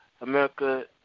America